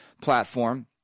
platform